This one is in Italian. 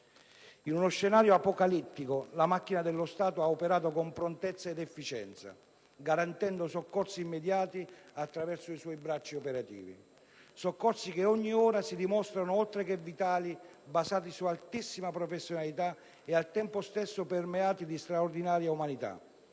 In uno scenario apocalittico, la macchina dello Stato ha operato con prontezza ed efficienza, garantendo soccorsi immediati attraverso i suoi bracci operativi, soccorsi che ogni ora si dimostrano, oltre che vitali, basati su altissima professionalità e, al tempo stesso, permeati di straordinaria umanità: